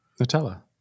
Nutella